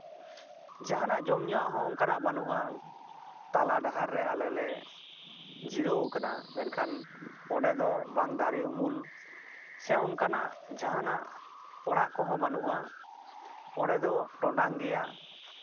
ᱡᱟᱦᱟᱱᱟᱜ ᱡᱚᱢ ᱧᱩᱣᱟᱜ ᱦᱚᱸ ᱚᱱᱠᱟᱱᱟᱜ ᱦᱚᱸ ᱵᱟᱹᱱᱩᱜᱼᱟ ᱛᱟᱞᱟ ᱰᱟᱦᱟᱨ ᱨᱮ ᱟᱞᱮ ᱞᱮ ᱡᱤᱨᱟᱹᱣ ᱠᱟᱱᱟ ᱢᱮᱱᱠᱷᱟᱱ ᱚᱸᱰᱮ ᱫᱚ ᱵᱟᱝ ᱫᱟᱨᱮ ᱩᱢᱩᱞ ᱥᱮ ᱚᱱᱠᱟᱱᱟᱜ ᱡᱟᱦᱟᱱᱟᱜ ᱚᱲᱟᱜ ᱠᱚᱦᱚᱸ ᱵᱟᱹᱱᱩᱜᱼᱟ ᱚᱸᱰᱮ ᱫᱚ ᱴᱚᱸᱰᱟᱝ ᱜᱮᱭᱟ